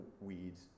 weeds